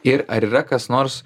ir ar yra kas nors